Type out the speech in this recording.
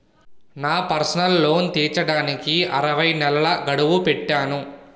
నా personal loan తీర్చడానికి అరవై నెలల గడువు పెట్టాను